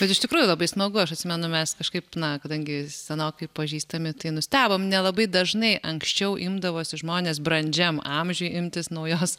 bet iš tikrųjų labai smagu aš atsimenu mes kažkaip na kadangi senokai pažįstami tai nustebom nelabai dažnai anksčiau imdavosi žmonės brandžiam amžiuj imtis naujos